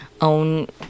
own